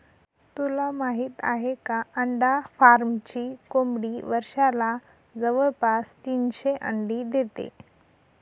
तुला माहित आहे का? अंडा फार्मची कोंबडी वर्षाला जवळपास तीनशे अंडी देते